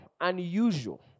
unusual